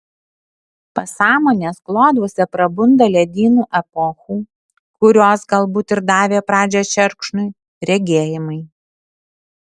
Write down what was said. pasąmonės kloduose prabunda ledynų epochų kurios galbūt ir davė pradžią šerkšnui regėjimai